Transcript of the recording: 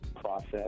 process